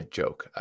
joke